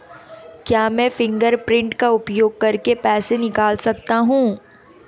क्या मैं फ़िंगरप्रिंट का उपयोग करके पैसे निकाल सकता हूँ?